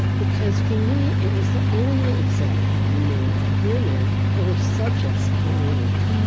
because, for me, it was the only example i knew of women who were subjects of their own life,